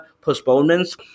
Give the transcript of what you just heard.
postponements